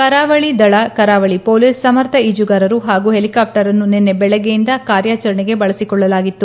ಕರಾವಳಿದಳ ಕರಾವಳಿ ಪೊಲೀಸ್ ಸಮರ್ಥ ಈಜುಗಾರರು ಹಾಗೂ ಹೆಲಿಕಾಫ್ಟರನ್ನು ನಿನ್ನೆ ದೆಳಗ್ಗೆಯಿಂದ ಕಾರ್ಯಾಚರಣೆಗೆ ಬಳಸಿಕೊಳ್ಳಲಾಗಿತ್ತು